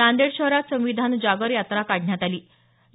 नांदेड शहरात संविधान जागर यात्रा काढण्यात आली होती